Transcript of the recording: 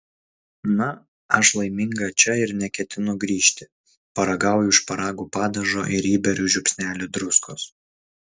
na aš laiminga čia ir neketinu grįžti paragauju šparagų padažo ir įberiu žiupsnelį druskos